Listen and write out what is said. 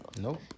Nope